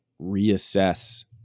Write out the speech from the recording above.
reassess